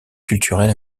culturel